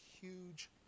huge